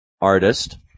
artist